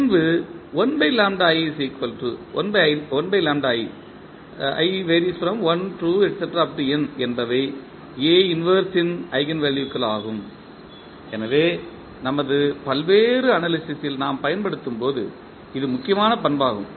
பின்புஎனவே நமது பல்வேறு அனாலிசிஸ் ல் நாம் பயன்படுத்தும் போது இது முக்கியமான பண்பாகும்